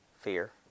Fear